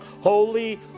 Holy